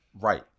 Right